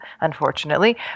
unfortunately